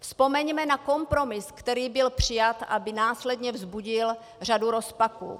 Vzpomeňme na kompromis, který byl přijat, aby následně vzbudil řadu rozpadů.